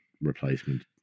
replacement